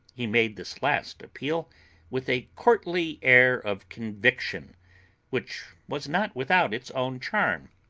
he made this last appeal with a courtly air of conviction which was not without its own charm.